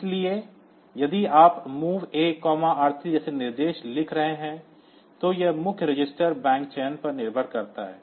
इसलिए यदि आप MOV A R3 जैसे निर्देश लिख रहे हैं तो यह मौजूदा register बैंक चयन पर निर्भर करता है